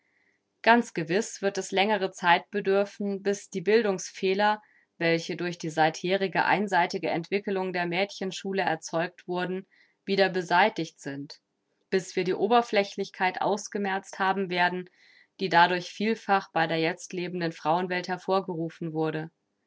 ganz gewiß wird es längere zeit bedürfen bis die bildungsfehler welche durch die seitherige einseitige entwickelung der mädchenschule erzeugt wurden wieder beseitigt sind bis wir die oberflächlichkeit ausgemerzt haben werden die dadurch vielfach bei der jetzt lebenden frauenwelt hervorgerufen wurde